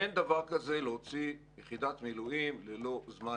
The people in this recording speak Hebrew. אין דבר כזה להוציא יחידת מילואים ללא זמן